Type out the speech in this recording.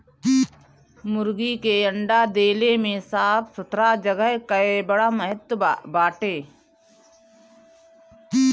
मुर्गी के अंडा देले में साफ़ सुथरा जगह कअ बड़ा महत्व बाटे